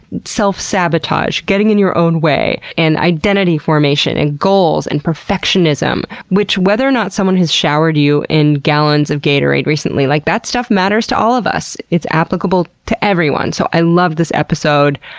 self-sabotage, getting in your own way, and identity formation and goals, and perfectionism. which whether or not someone has showered you in gallons of gatorade recently, like that stuff matters to all of us. it's applicable to everyone. so i loved this episode.